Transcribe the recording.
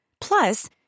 Plus